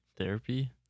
therapy